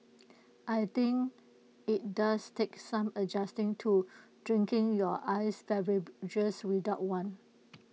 I think IT does take some adjusting to drinking your iced beverages without one